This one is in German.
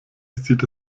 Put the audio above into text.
sieht